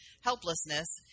helplessness